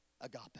Agape